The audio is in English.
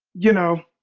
you know,